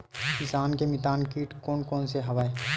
किसान के मितान कीट कोन कोन से हवय?